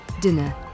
dinner